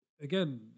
again